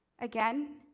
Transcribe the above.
Again